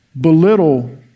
belittle